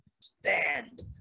stand